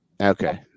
Okay